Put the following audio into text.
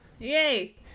Yay